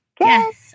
Yes